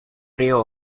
río